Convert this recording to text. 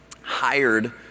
hired